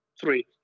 Three